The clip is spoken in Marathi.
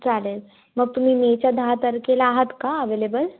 चालेल मग तुम्ही मेच्या दहा तारखेला आहात का अवेलेबल